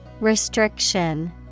Restriction